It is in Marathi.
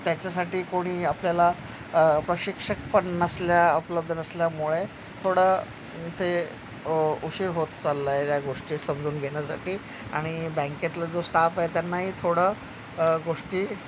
त्याच्यासाठी कोणी आपल्याला प्रशिक्षकपण नसल्या उपलब्ध नसल्यामुळे थोडं ते उशिर होत चाललं आहे या गोष्टी समजून घेण्यासाठी आणि बँकेतलं जो स्टाफ आहे त्यांनाही थोडं गोष्टी